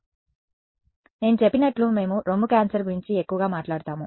కాబట్టి నేను చెప్పినట్లు మేము రొమ్ము క్యాన్సర్ గురించి ఎక్కువగా మాట్లాడుతాము